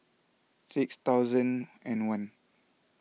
six thousand and one